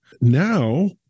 Now